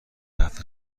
هفت